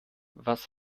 was